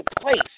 place